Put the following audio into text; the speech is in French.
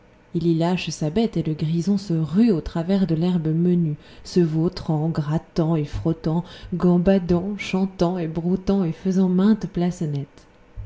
il y lâche sa béte et le grison se rue au travers de l'herbe menu se vautrant grattant et frottant gamhadant chantant et broutant et faisantmainte place